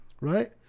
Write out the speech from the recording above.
right